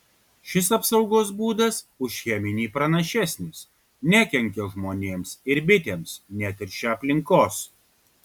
šis apsaugos būdas už cheminį pranašesnis nekenkia žmonėms ir bitėms neteršia aplinkos